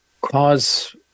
cause